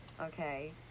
okay